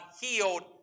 healed